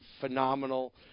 phenomenal